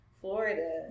Florida